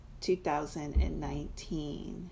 2019